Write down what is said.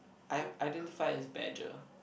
I identify as badger